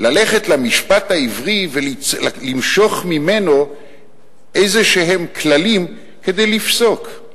ללכת למשפט העברי ולמשוך ממנו איזשהם כללים כדי לפסוק.